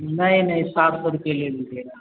नहीं नहीं सात सौ रुपये ले लीजिएगा